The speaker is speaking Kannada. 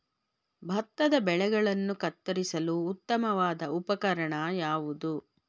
ಭತ್ತದ ಬೆಳೆಗಳನ್ನು ಕತ್ತರಿಸಲು ಉತ್ತಮವಾದ ಉಪಕರಣ ಯಾವುದು?